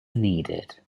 needed